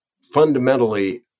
fundamentally